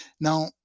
now